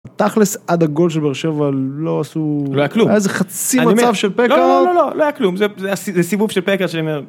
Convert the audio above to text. תכלס עד הגול של באר-שבע לא עשו, לא היה כלום, היה איזה חצי מצב של פקארט זה סיבוב של פקארט שאני אומר